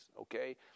okay